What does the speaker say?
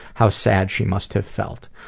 how sad she must have felt.